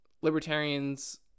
libertarians